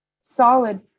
solid